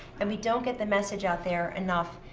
and we don't get the message out there enough,